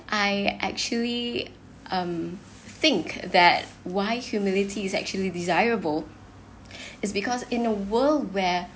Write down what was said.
I actually um think that why humility is actually desirable is because in a world where